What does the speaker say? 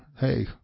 hey